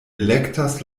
elektas